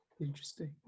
Interesting